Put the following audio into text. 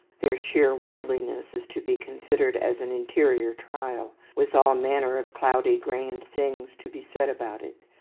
their sheer worldliness is to be considered as an interior trial, with all manner of cloudy grand things to be said about it.